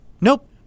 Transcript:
Nope